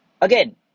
Again